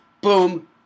boom